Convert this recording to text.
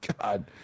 God